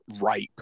ripe